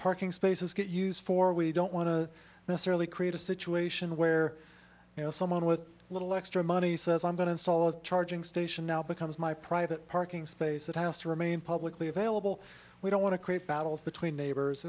parking spaces get used for we don't want to necessarily create a situation where you know someone with a little extra money says i'm going to solve charging station now becomes my private parking space it has to remain publicly available we don't want to create battles between neighbors